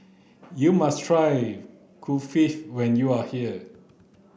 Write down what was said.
you must try Kulfi when you are here